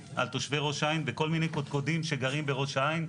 על תושבי ראש העין ועל כל מיני קודקודים שגרים בראש העין,